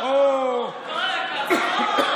אוה, כל הכבוד.